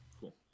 cool